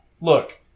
Look